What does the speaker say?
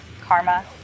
Karma